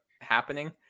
happening